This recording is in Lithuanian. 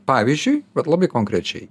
pavyzdžiui bet labai konkrečiai